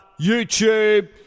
YouTube